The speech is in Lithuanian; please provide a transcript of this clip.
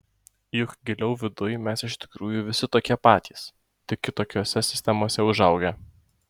juk giliau viduj mes iš tikrųjų visi tokie patys tik kitokiose sistemose užaugę